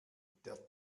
der